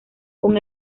con